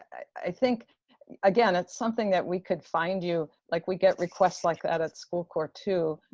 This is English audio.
i think again, it's something that we could find you, like, we get requests like that at school corps too,